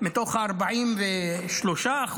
מתוך 43%,